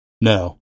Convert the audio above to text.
No